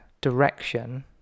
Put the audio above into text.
Direction